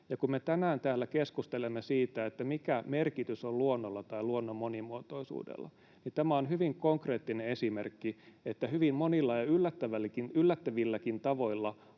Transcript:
täällä keskustelemme siitä, mikä merkitys on luonnolla tai luonnon monimuotoisuudella, niin tämä on hyvin konkreettinen esimerkki siitä, että hyvin monilla ja yllättävilläkin tavoilla